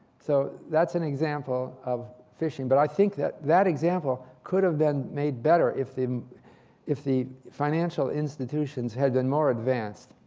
so that's an example of phishing. but i think that that example could have been made better if if the financial institutions had been more advanced.